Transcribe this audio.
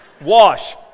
Wash